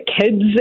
kids